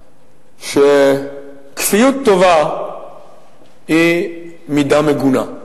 שכפיות טובה היא מידה מגונה.